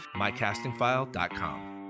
MyCastingFile.com